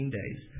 days